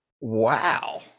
Wow